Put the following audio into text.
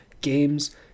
games